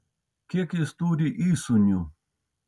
kiek jis turi įsūnių